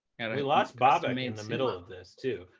and we lost bobak i mean in the middle of this too.